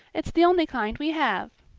it's the only kind we have.